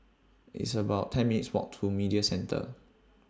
It's about ten minutes' Walk to Media Center